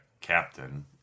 captain